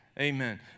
Amen